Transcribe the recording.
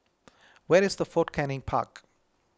where is Fort Canning Park